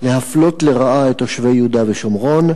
משום הפליה לרעה של תושבי יהודה ושומרון?